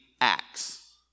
acts